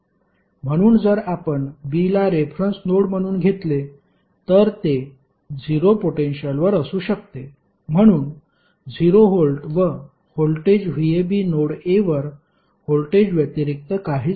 म्हणून जर आपण B ला रेफरन्स नोड म्हणून घेतले तर ते 0 पोटेन्शिअलवर असू शकते म्हणून 0 व्होल्ट व व्होल्टेज VAB नोड A वर व्होल्टेज व्यतिरिक्त काहीच नाही